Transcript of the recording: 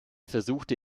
versuchte